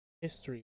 history